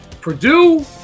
Purdue